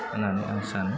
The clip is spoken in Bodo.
होन्नानै आं सानो